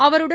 அவருடன்